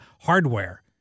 hardware